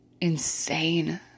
insane